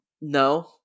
No